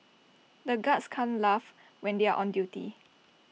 the guards can't laugh when they are on duty